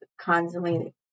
constantly